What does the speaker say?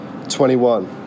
21